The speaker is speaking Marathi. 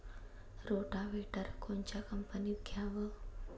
रोटावेटर कोनच्या कंपनीचं घ्यावं?